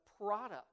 product